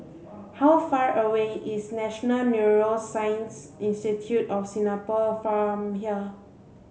how far away is National Neuroscience Institute of Singapore from here